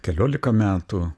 keliolika metų